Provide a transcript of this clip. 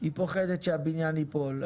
היא פוחדת שהבניין ייפול.